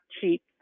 cheap